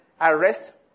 Arrest